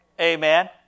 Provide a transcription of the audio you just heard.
Amen